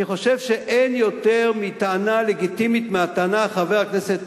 אני חושב שאין יותר לגיטימית מהטענה, חבר הכנסת